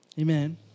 Amen